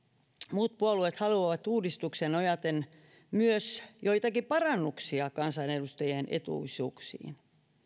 muut puolueet haluavat uudistukseen nojaten myös joitakin parannuksia kansanedustajien etuisuuksiin